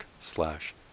slash